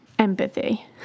empathy